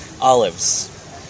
Olives